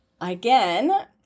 again